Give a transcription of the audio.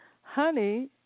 Honey